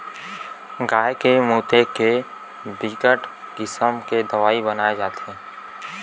गाय के मूते ले बिकट किसम के दवई बनाए जाथे